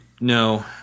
no